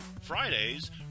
Fridays